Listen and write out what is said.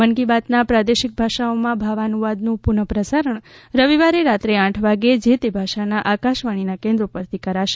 મન કી બાતના પ્રાદેશિક ભાષાઓમાં ભાવાનુવાદનું પુનઃ પ્રસારણ રવિવારે રાત્રે આઠ વાગે જે તે ભાષાના આકાશવાણીના કેન્દ્રો પરથી કરાશે